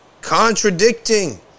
contradicting